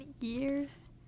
years